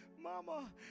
mama